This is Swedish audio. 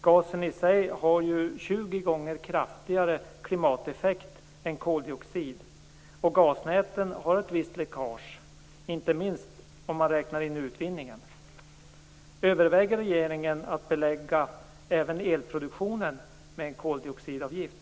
Gasen i sig har ju 20 gånger kraftigare klimateffekt än koldioxid, och gasnäten har ett visst läckage, inte minst om man räknar in utvinningen. Överväger regeringen att belägga även elproduktionen med en koldioxidavgift?